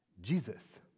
Jesus